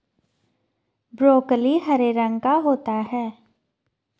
broccoli हरे रंग का होता है